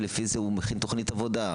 ולפי זה הוא מכין תוכנית עבודה.